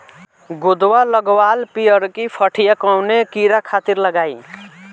गोदवा लगवाल पियरकि पठिया कवने कीड़ा खातिर लगाई?